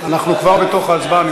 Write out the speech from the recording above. אנחנו כבר בתוך ההצבעה.